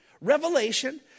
revelation